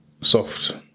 soft